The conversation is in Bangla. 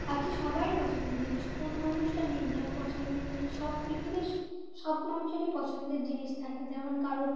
পাখি সবারই পছন্দের জিনিস কোন মানুষটা নেই যার পছন্দের নেই সব পৃথিবীর স সব মানুষেরই পছন্দের জিনিস থাকে যেমন কারোর